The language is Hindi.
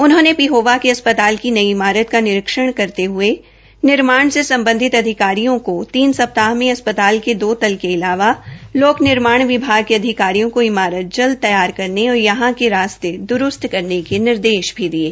उन्होंने पिहोवा के अस्पताल की नई इमारत का निरीक्षण करते हये निर्माण से सम्बधित अधिकारियों को तीन सप्ताह में अस्पताल के दो तल के अलावा लोक निर्माण विभाग के अधिकारियों को इमारत जल्द तैयार करने और यहां के रास्ते द्रूस्त करने के निर्देश भी दिये